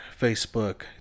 Facebook